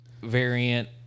variant